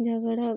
झगड़ा